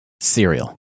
cereal